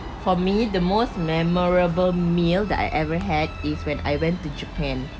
for me the most memorable meal that I ever had is when I went to japan